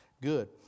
good